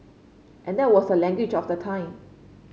and that was the language of the time